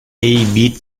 beat